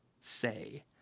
say